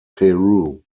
peru